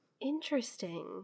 Interesting